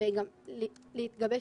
וגם להתגבש